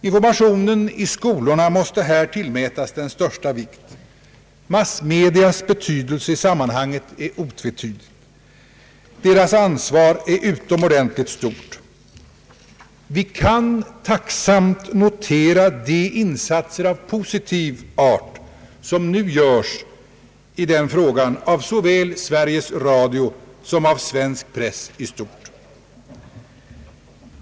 Informationen i skolorna måste här tillmätas den största vikt. Massmedias betydelse i sammanhanget är otvetydig. Deras ansvar är utomordentligt stort. Vi kan tacksamt notera de insatser av positiv art som nu görs i den frågan såväl av Sveriges Radio som av svensk press i stort.